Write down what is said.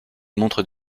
montre